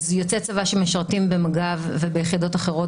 אז יוצאי צבא שמשרתים במג"ב וביחידות אחרות